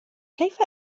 كيف